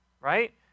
right